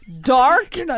dark